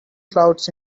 clouds